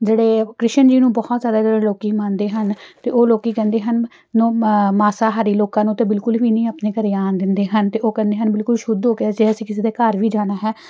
ਜਿਹੜੇ ਕ੍ਰਿਸ਼ਨ ਜੀ ਨੂੰ ਬਹੁਤ ਜ਼ਿਆਦਾ ਜਿਹੜੇ ਲੋਕ ਮੰਨਦੇ ਹਨ ਅਤੇ ਉਹ ਲੋਕ ਕਹਿੰਦੇ ਹਨ ਨੋ ਮਾਸਾਹਾਰੀ ਲੋਕਾਂ ਨੂੰ ਅਤੇ ਬਿਲਕੁਲ ਵੀ ਨਹੀਂ ਆਪਣੇ ਘਰ ਆਉਣ ਦਿੰਦੇ ਹਨ ਅਤੇ ਉਹ ਕਹਿੰਦੇ ਹਨ ਬਿਲਕੁਲ ਸ਼ੁੱਧ ਹੋ ਗਿਆ ਜੇ ਅਸੀਂ ਕਿਸੇ ਦੇ ਘਰ ਵੀ ਜਾਣਾ ਹੈ